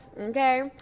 okay